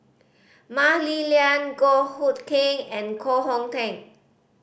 Mah Li Lian Goh Hood Keng and Koh Hong Teng